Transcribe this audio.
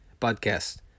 podcast